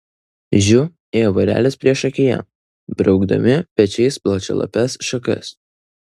žiu ėjo vorelės priešakyje braukdami pečiais plačialapes šakas